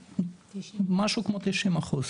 משהו כמו 90 אחוז,